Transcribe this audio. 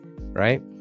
right